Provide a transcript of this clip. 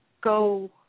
go